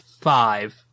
five